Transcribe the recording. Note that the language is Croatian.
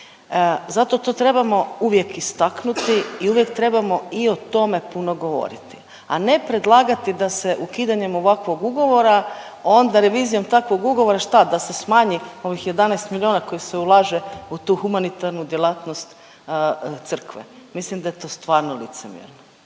Zato to trebamo uvijek istaknuti i uvijek trebamo i o tome puno govoriti, a ne predlagati da se ukidanjem ovakvog ugovora onda revizijom takvog ugovora šta da se smanji ovih 11 miliona kojih se ulaže u tu humanitarnu djelatnost crkve. Mislim da je to stvarno licemjerno.